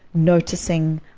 noticing,